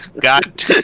God